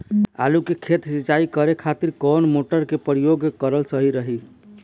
आलू के खेत सिंचाई करे के खातिर कौन मोटर के प्रयोग कएल सही होई?